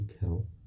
help